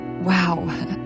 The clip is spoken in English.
wow